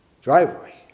driveway